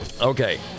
Okay